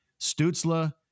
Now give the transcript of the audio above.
Stutzla